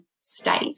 state